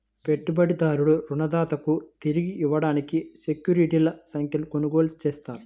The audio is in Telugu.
పెట్టుబడిదారుడు రుణదాతకు తిరిగి ఇవ్వడానికి సెక్యూరిటీల సంఖ్యను కొనుగోలు చేస్తాడు